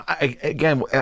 Again